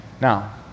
Now